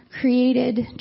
created